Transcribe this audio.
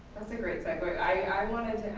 that's a great segue. i wanted